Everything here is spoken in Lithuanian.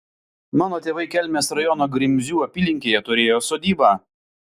mano tėvai kelmės rajono grimzių apylinkėje turėjo sodybą